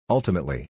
Ultimately